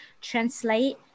translate